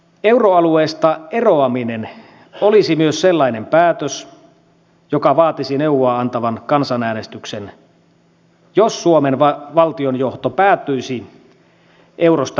euroalueesta eroaminen olisi myös sellainen päätös joka vaatisi neuvoa antavan kansanäänestyksen jos suomen valtionjohto päätyisi eurosta eroamisen kannalle